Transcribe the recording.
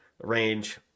range